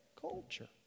culture